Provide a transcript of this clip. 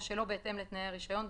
או שלא בהתאם לתנאי הרישיון,